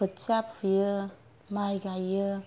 खोथिया फुयो माइ गायो